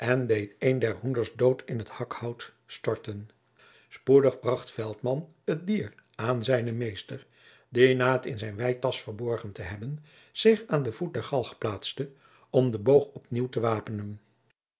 een der hoenders dood in het hakhout storten spoedig bracht veltman het dier aan zijnen meester die na het in zijne weitasch verborgen te hebben zich aan den voet der galg plaatste om den boog op nieuw te wapenen